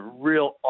real